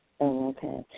Okay